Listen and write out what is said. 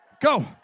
Go